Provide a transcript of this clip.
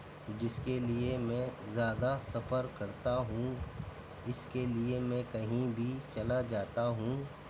جس کے لیے میں زیادہ سفر کرتا ہوں اِس کے لیے میں کہیں بھی چلا جاتا ہوں